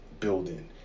building